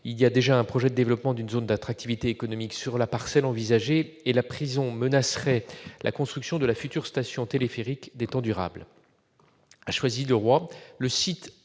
il y a déjà un projet de développement d'une zone d'attractivité économique sur la parcelle envisagée et la prison menacerait la construction de la future station de téléphérique des Temps durables. À Choisy-le-Roi, le site